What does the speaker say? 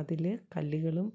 അതിൽ കല്ലുകളും